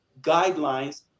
guidelines